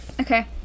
okay